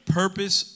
purpose